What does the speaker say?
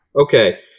Okay